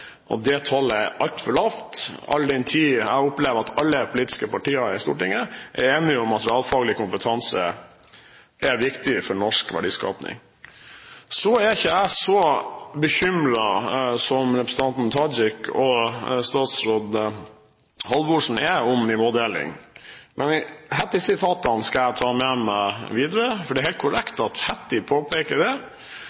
Det tallet er altfor lavt, all den tid jeg opplever at alle politiske partier i Stortinget er enige om at realfaglig kompetanse er viktig for norsk verdiskaping. Så er ikke jeg så bekymret for nivådeling som representanten Tajik og statsråd Halvorsen. Jeg skal ta med meg Hattie-sitatene videre. For det er helt korrekt at Hattie påpeker at det ikke er